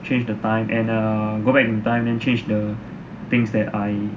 change the time and err go back in time and change the things that I